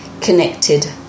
connected